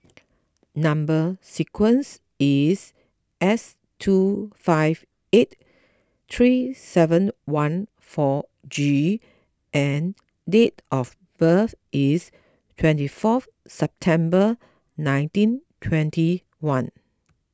Number Sequence is S two five eight three seven one four G and date of birth is twenty fourth September nineteen twenty one